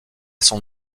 son